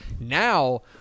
Now